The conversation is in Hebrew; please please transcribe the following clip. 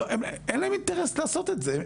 אין להם אינטרס לעשות את זה.